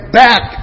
back